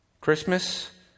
Christmas